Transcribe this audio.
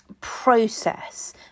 process